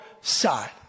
side